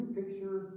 picture